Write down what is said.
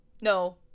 no